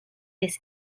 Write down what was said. this